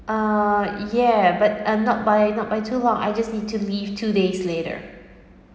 uh yeah but um not by not by too long I just need to leave two days later